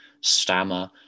stammer